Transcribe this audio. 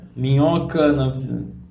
Minhoca